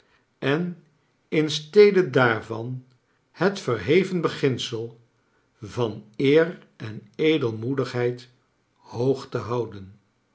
en in stede daarvan het verheven beginsel van eer en edelinoedigheid hoog te houden